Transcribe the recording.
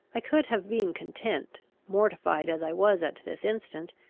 i could have been content, mortified as i was at this instant,